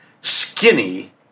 Skinny